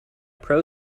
pro